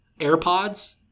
AirPods